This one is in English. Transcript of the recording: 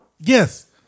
yes